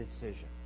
decision